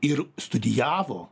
ir studijavo